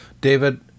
david